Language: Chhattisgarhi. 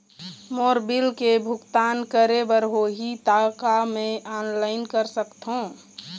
मोर बिल के भुगतान करे बर होही ता का मैं ऑनलाइन कर सकथों?